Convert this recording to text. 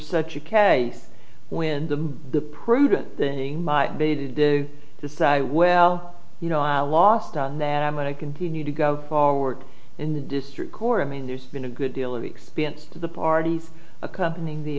such a case when the the prudent thing might be to the to say well you know i lost on that i'm going to continue to go forward in the district court i mean there's been a good deal of expense to the parties accompanying the